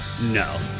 No